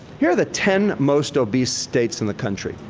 here are the ten most obese states in the country.